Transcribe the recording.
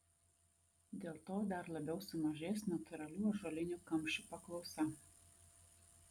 dėl to dar labiau sumažės natūralių ąžuolinių kamščių paklausa